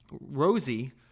Rosie